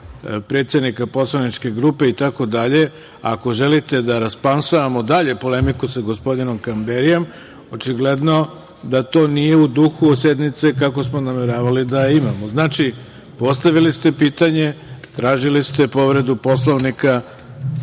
predsednika poslaničke grupe itd. ako želite da rasplamsavamo dalje polemiku sa gospodinom Kamberijem očigledno da to nije u duhu sednice kakvu smo nameravali da imamo. Znači, postavili ste pitanje, tražili ste povredu Poslovnika,